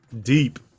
deep